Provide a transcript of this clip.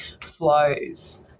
flows